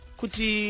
kuti